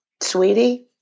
sweetie